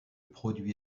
produit